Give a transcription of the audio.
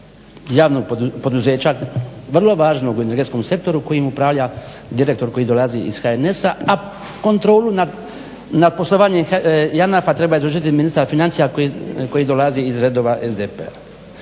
javnog poduzeća vrlo važnog u energetskom sektoru kojim upravlja direktor koji dolazi iz HNS-a a kontrolu nad poslovanjem JANAF-a treba izvršiti ministar financija koji dolazi iz redova SDP-a.